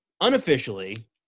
unofficially